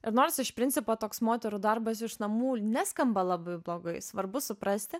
ir nors iš principo toks moterų darbas iš namų neskamba labai blogai svarbu suprasti